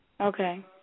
okay